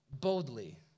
boldly